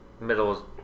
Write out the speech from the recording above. Middle